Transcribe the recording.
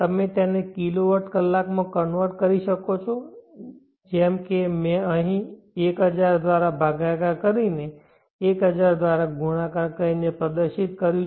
તમે તેને kilowatt કલાક માં કન્વર્ટ કરી શકો છો જેમ કે મેં અહીં 1000 દ્વારા ભાગાકાર કરીને 1000 દ્વારા ગુણાકાર કરીને પ્રદર્શિત કર્યું છે